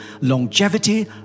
Longevity